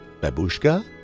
Babushka